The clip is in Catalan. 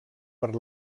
per